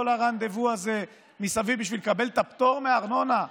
הרנדוו הזה מסביב בשביל לקבל את הפטור מארנונה,